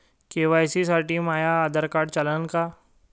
KYC साठी माह्य Aadhaar card चालन का?